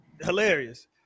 Hilarious